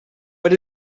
but